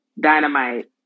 Dynamite